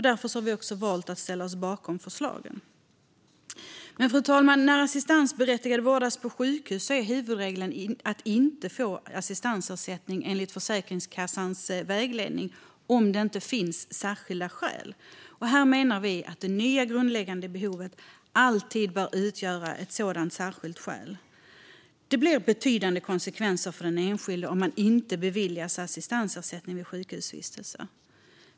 Därför har vi valt att ställa oss bakom förslagen. Fru talman! När assistansberättigade vårdas på sjukhus är huvudregeln i dag att de inte kan få assistansersättning, enligt Försäkringskassans vägledning, om det inte finns särskilda skäl. Här menar vi att det nya grundläggande behovet alltid bör utgöra ett sådant särskilt skäl. Det blir betydande konsekvenser för den enskilde om man inte beviljas assistansersättning vid sjukhusvistelse.